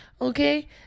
Okay